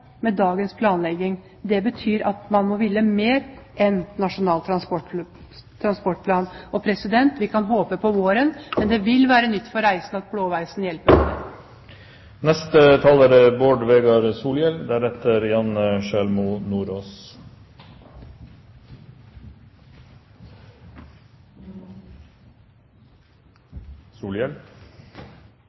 med dagens planlegging. Det betyr at man må ville mer enn Nasjonal transportplan. Vi kan håpe på våren, men det vil være nytt for reisende at blåveisen hjelper.